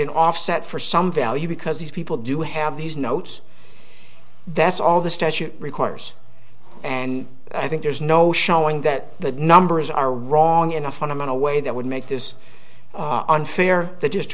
an offset for some value because these people do have these notes that's all the statute requires and i think there's no showing that the numbers are wrong in a fundamental way that would make this unfair that is to